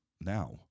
now